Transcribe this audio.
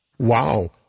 Wow